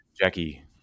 Jackie